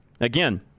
Again